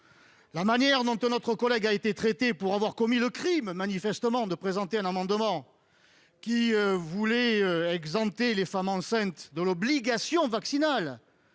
la manière dont notre collègue a été traitée pour avoir commis le crime de présenter un amendement visant à exempter les femmes enceintes de l'obligation vaccinale.